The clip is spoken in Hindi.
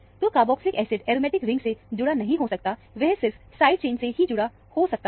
तो कारबॉक्सलिक एसिड एरोमेटिक रिंग से जुड़ नहीं हो सकता वह सिर्फ साइड चेन से ही जुड़ हो सकता है